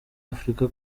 africa